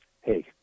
hey